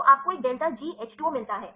तो आपको एक डेल्टा GH 2 O मिलता है